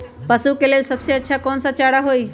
पशु के लेल सबसे अच्छा कौन सा चारा होई?